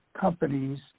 companies